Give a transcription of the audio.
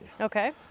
Okay